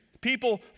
People